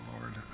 Lord